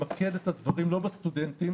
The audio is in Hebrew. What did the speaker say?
למקד את הדברים לא בסטודנטים